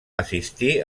assistir